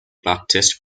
baptist